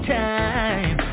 time